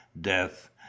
Death